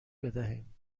بدهیم